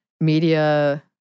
media